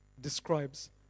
describes